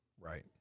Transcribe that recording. Right